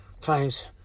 times